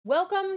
welcome